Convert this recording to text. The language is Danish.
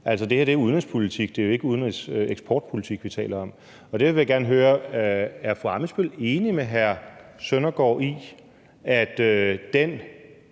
Det her er udenrigspolitik, det er jo ikke eksportpolitik, vi taler om. Derfor vil jeg gerne høre: Er fru Katrine Katarina Ammitzbøll enig med hr. Søren Søndergaard i, at den